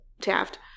Taft